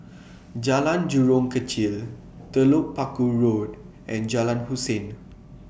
Jalan Jurong Kechil Telok Paku Road and Jalan Hussein